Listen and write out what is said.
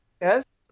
Yes